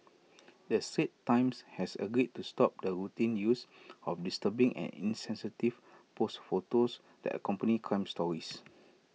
the straits times has agreed to stop the routine use of disturbing and insensitive posed photos that accompany crime stories